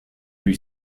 lui